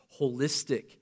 holistic